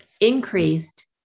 increased